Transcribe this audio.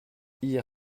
hier